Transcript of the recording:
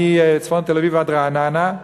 מצפון תל-אביב עד רעננה,